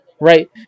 Right